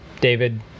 David